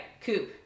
Coop